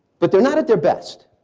but they're not at their best.